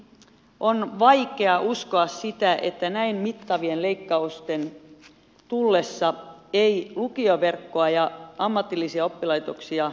on vaikea uskoa sitä että näin mittavien leikkausten tullessa ei lukioverkkoa ja ammatillisia oppilaitoksia muka lopetettaisi